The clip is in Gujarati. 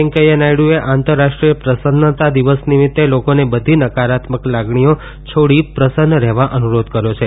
વેંકૈયા નાયડુએ આંતરરાષ્ટ્રીય પ્રસન્નતા દિવસ નિમિતે લોકોને બધી નકારાત્મક લાગણીઓ છોડી પ્રસન્ન રહેવા અનુરોધ કર્યો છે